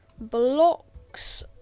blocks